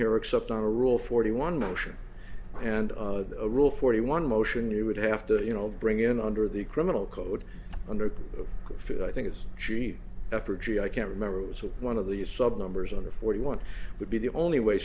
here except on a rule forty one motion and a rule forty one motion you would have to you know bring in under the criminal code under i think it's cheap effort gee i can't remember it was one of the sub numbers under forty one would be the only way